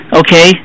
okay